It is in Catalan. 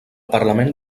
parlament